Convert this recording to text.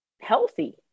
healthy